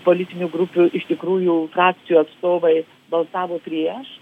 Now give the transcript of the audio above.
politinių grupių iš tikrųjų frakcijų atstovai balsavo prieš